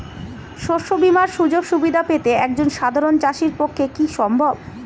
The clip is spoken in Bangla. শস্য বীমার সুযোগ সুবিধা পেতে একজন সাধারন চাষির পক্ষে কি সম্ভব?